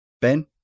Ben